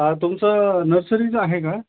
आ तुमचं नर्सरीचं आहे का